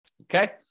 okay